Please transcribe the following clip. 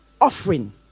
offering